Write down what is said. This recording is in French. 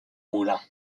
moulin